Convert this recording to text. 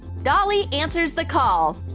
dolly answers the call!